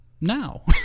now